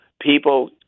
People